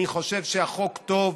אני חושב שהחוק טוב.